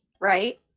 right